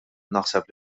naħseb